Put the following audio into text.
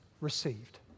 received